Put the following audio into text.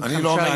אני לא אומר,